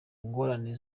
ngorane